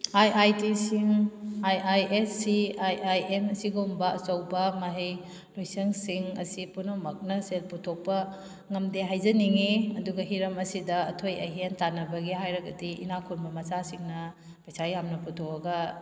I I T ꯁꯤꯡ I I S C I I N ꯑꯁꯤꯒꯨꯝꯕ ꯑꯆꯧꯕ ꯃꯍꯩ ꯂꯣꯏꯁꯪꯁꯤꯡ ꯑꯁꯤ ꯄꯨꯝꯅꯃꯛꯅ ꯁꯦꯟ ꯄꯨꯊꯣꯛꯄ ꯉꯝꯗꯦ ꯍꯥꯏꯖꯅꯤꯡꯉꯤ ꯑꯗꯨꯒ ꯍꯤꯔꯝ ꯑꯁꯤꯗ ꯑꯊꯣꯏ ꯑꯍꯦꯟ ꯇꯥꯅꯕꯒꯤ ꯍꯥꯏꯔꯒꯗꯤ ꯏꯅꯥꯈꯨꯟꯕ ꯃꯆꯥꯁꯤꯡꯅ ꯄꯩꯁꯤ ꯌꯥꯝꯅ ꯄꯨꯊꯣꯛꯑꯒ